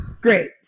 Great